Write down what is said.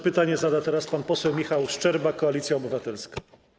Pytanie zada pan poseł Michał Szczerba, Koalicja Obywatelska.